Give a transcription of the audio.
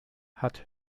hat